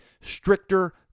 stricter